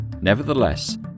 nevertheless